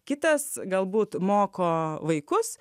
kitas galbūt moko vaikus